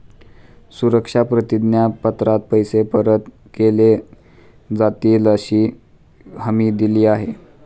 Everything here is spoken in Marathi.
सुरक्षा प्रतिज्ञा पत्रात पैसे परत केले जातीलअशी हमी दिली आहे